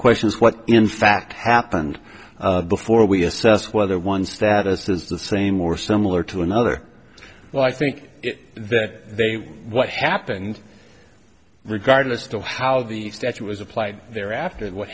question is what in fact happened before we assess whether one status is the same or similar to another well i think that they what happened regardless to how the statute was applied there after what